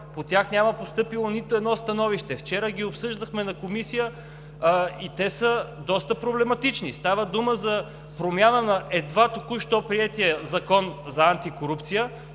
По тях няма постъпило нито едно становище. Вчера ги обсъждахме в комисия и те са доста проблематични. Става дума за промяна на едва току-що приетия Закон за антикорупция